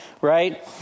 right